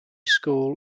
school